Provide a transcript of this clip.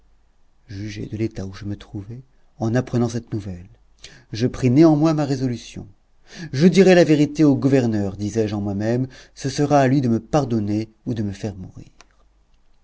jugez de l'état où je me trouvai en apprenant cette nouvelle je pris néanmoins ma résolution je dirai la vérité au gouverneur disais-je en moimême ce sera à lui de me pardonner ou de me faire mourir